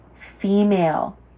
female